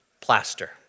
plaster